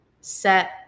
set